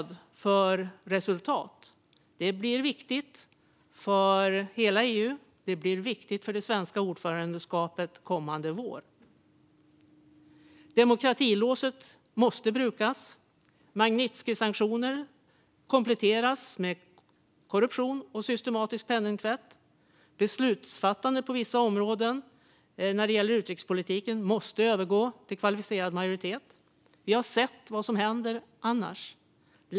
Det blir viktigt för hela EU och för det svenska ordförandeskapet kommande vår med stöd för resultat. Demokratilåset måste brukas. Magnitskijsanktioner behöver kompletteras med arbete mot korruption och systematisk penningtvätt. Beslutsfattandet på vissa områden inom utrikespolitiken måste övergå till kvalificerad majoritet. Vi har sett vad som händer annars.